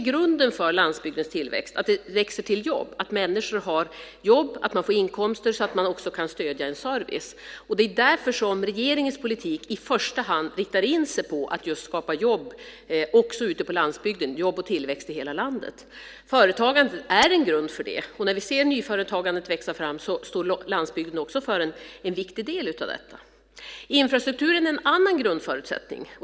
Grunden för landsbygdens tillväxt är just detta att det växer till jobb, att människor har jobb och får inkomster så att de också kan stödja en service. Därför riktar regeringens politik i första hand in sig på att just skapa jobb och tillväxt också ute på landsbygden - jobb och tillväxt i hela landet. Företagandet är en grund för det. När vi ser nyföretagandet växa fram står också landsbygden för en viktig del av detta. Infrastrukturen är en annan grundförutsättning.